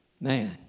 Man